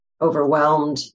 overwhelmed